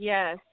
Yes